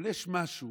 אבל יש משהו